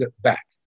back